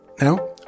Now